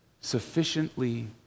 sufficiently